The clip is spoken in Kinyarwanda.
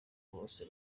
bose